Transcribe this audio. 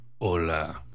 Hola